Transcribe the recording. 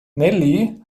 nelly